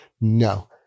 No